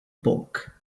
bulk